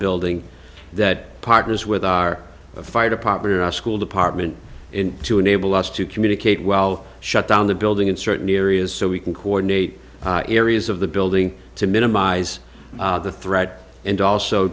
building that partners with our fire department or our school department to enable us to communicate well shut down the building in certain areas so we can coordinate areas of the building to minimize the threat and also